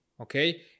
Okay